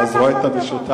ואז רואה את המשותף.